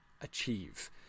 achieve